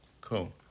Cool